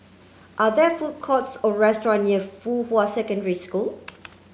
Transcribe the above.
are there food courts or restaurant near Fuhua Secondary School